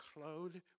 clothed